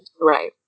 Right